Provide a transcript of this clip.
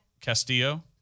Castillo